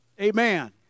Amen